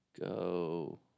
Go